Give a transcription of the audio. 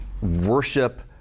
worship